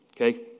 Okay